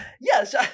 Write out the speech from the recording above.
yes